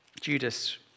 Judas